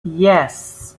yes